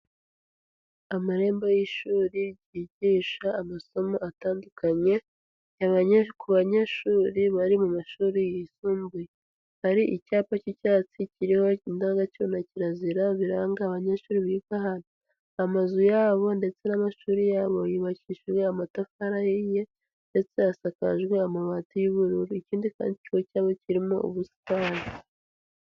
Amarembo y'ishuri ryigisha amasomo atandukanye ku banyeshuri bari mu mashuri yisumbuye. Hari icyapa cy'icyatsi kiriho indangagaciro na kirazira biranga abanyeshuri biga hano. Amazu yabo ndetse n'amashuri yabo yubakishijwe amatafari ahiye ndetse asakajwe amabati y'ubururu. Ikindi kandi ikigo cyabo kirimo ubusitani.